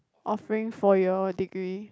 offering for your degree